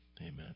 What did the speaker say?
Amen